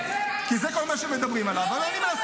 כי זה כל מה שמדברים עליו -- יורים עכשיו